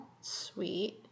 sweet